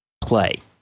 Play